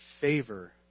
favor